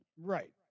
Right